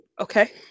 okay